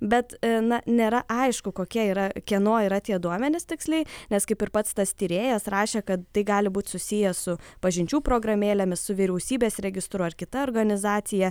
bet na nėra aišku kokia yra kieno yra tie duomenys tiksliai nes kaip ir pats tas tyrėjas rašė kad tai gali būti susiję su pažinčių programėlėmis su vyriausybės registru ar kita organizacija